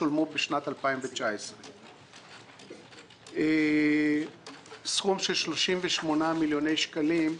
ישולמו בשנת 2019. סכום של 38 מיליוני שקלים,